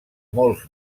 molts